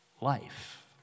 life